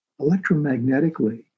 electromagnetically